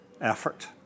effort